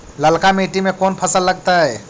ललका मट्टी में कोन फ़सल लगतै?